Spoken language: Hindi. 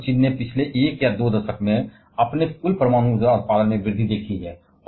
भारत और चीन ने पिछले 1 या 2 दशकों में अपने कुल परमाणु उत्पादन में वृद्धि देखी है